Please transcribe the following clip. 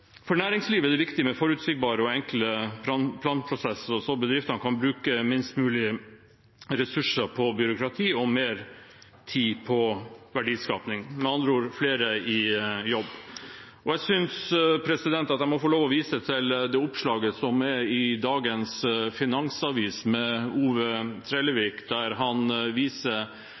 For næringslivet er det viktig med forutsigbare og enkle planprosesser så bedriftene kan bruke minst mulig ressurser på byråkrati og mer tid på verdiskaping, med andre ord flere i jobb. Jeg synes at jeg må få lov å vise til det oppslaget som er i Finansavisen i dag, der Ove Trellevik